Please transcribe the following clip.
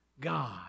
God